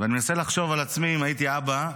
ואני מנסה לחשוב על עצמי, אם הייתי אבא,